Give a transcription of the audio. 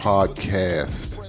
Podcast